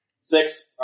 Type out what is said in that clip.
Six